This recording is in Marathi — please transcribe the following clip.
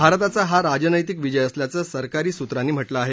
भारताचा हा राजनैतिक विजय असल्याचं सरकारी सूत्रांनी म्हटलं आहे